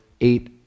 eight